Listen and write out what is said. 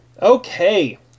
Okay